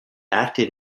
acted